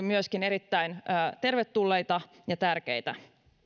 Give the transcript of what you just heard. myöskin erittäin tervetulleita ja tärkeitä